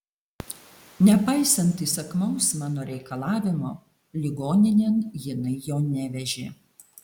nepaisant įsakmaus mano reikalavimo ligoninėn jinai jo nevežė